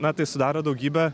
na tai sudaro daugybę